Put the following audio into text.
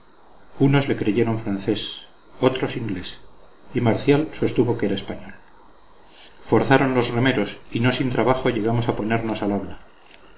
unos le creyeron francés otros inglés y marcial sostuvo que era español forzaron los remeros y no sin trabajo llegamos a ponernos al habla